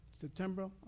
September